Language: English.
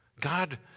God